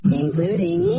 including